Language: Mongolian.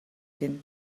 гэнэ